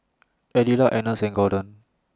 Adelard Agnes and Gordon